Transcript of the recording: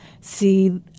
see